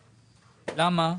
למה?